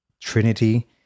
Trinity